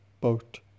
boat